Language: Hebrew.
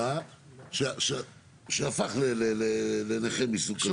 דירה., שהפך לנכה מסוג כזה.